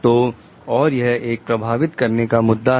तो और यह एक प्रभावित करने का मुद्दा है